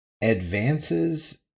Advances